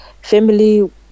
Family